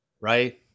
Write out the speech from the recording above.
right